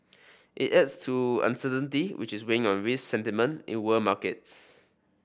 it adds to uncertainty which is weighing on risk sentiment in world markets